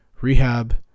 rehab